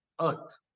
earth